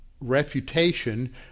refutation